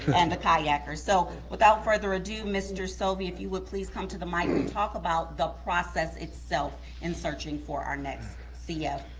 and a kayaker. so without further adieu, mr. sovey if you would please come to the mic and talk about the process itself in searching for our next cfoo.